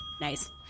Nice